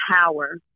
power